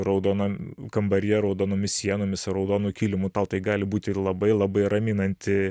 raudonam kambaryje raudonomis sienomis ar raudonu kilimu tau tai gali būti ir labai labai raminanti